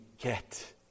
get